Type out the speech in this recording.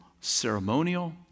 ceremonial